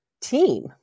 team